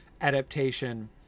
adaptation